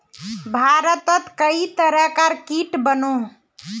भारतोत कई तरह कार कीट बनोह